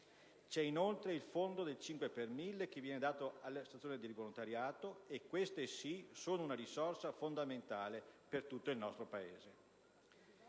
C'è, inoltre, il fondo del 5 per mille che viene dato alle associazioni di volontariato: e, queste sì, sono una risorsa fondamentale per tutto il nostro Paese.